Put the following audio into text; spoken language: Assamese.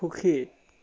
সুখী